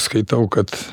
skaitau kad